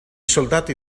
soldati